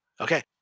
Okay